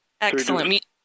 Excellent